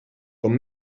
com